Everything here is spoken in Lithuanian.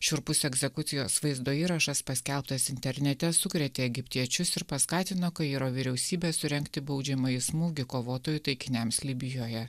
šiurpus egzekucijos vaizdo įrašas paskelbtas internete sukrėtė egiptiečius ir paskatino kairo vyriausybę surengti baudžiamąjį smūgį kovotojų taikiniams libijoje